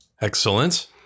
Excellent